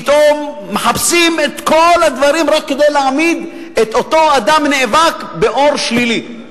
פתאום מחפשים את כל הדברים רק כדי להעמיד את אותו אדם נאבק באור שלילי.